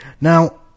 Now